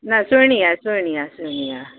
न सुहिणी आहे सुहिणी आहे सुहिणी आहे